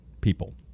people